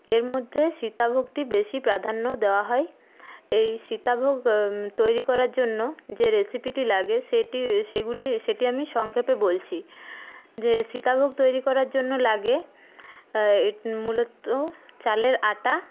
এর মধ্যে সীতাভোগটি বেশি প্রাধান্য দেওয়া হয় এই সীতাভোগ তৈরি করার জন্য যে রেসিপিটি লাগে সেটি সেগুলি সেটি আমি সংক্ষেপে বলছি যে সীতাভোগ তৈরি করার জন্য লাগে মূলত চালের আটা